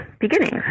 beginnings